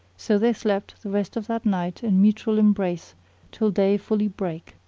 so they slept the rest of that night in mutual em brace till day fully brake.